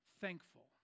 thankful